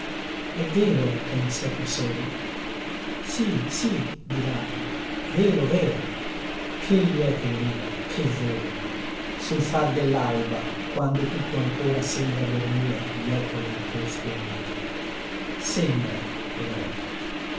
è vero che non sè più soli sì si diranno vero ver che liete grida che voli sul far dellalba quando tutto ancora sembra dormir dietro le imposte unite sembra e non è